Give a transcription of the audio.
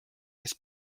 kes